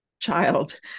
child